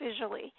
visually